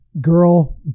girl